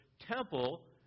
temple